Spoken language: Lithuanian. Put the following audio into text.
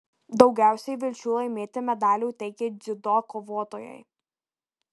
daugiausiai vilčių laimėti medalių teikė dziudo kovotojai